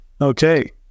okay